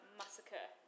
massacre